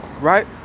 right